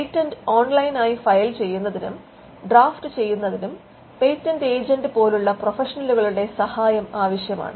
patent online ആയി file ചെയ്യുന്നതിനും draft ചെയ്യുന്നതിനും പേറ്റന്റ് ഏജന്റ് പോലുള്ള പ്രൊഫഷണലുകളുടെ സഹായം ആവശ്യമാണ്